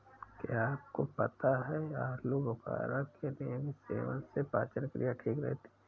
क्या आपको पता है आलूबुखारा के नियमित सेवन से पाचन क्रिया ठीक रहती है?